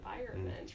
environment